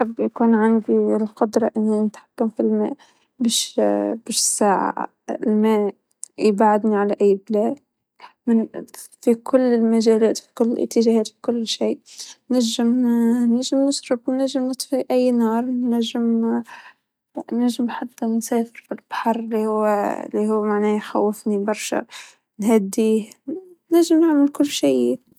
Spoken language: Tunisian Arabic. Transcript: تحكم بالنار أم الماء شغل الأفاتار هذا أعتقد إني راح أختار ال-الماء بحس إن سلاح قوي جد قوي، جطرات الموية فيها إنها تنحت الصخر ،متل ما بيحكوا طبعا النار جوية لكن حس الموية أجوى.